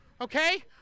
okay